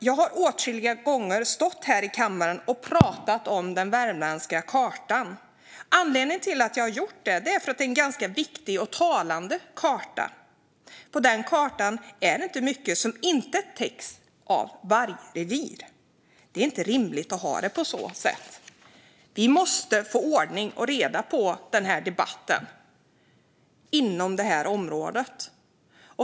Jag har åtskilliga gånger stått här i kammaren och pratat om den värmländska kartan. Anledningen till det är att det är en ganska viktig och talande karta. På den kartan är det inte mycket som inte täcks av vargrevir. Det är inte rimligt att ha det så. Vi måste få ordning och reda på debatten inom det här området.